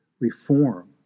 reform